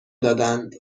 دادند